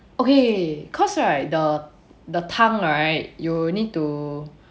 okay cause right the the 汤 right you will need to